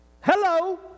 Hello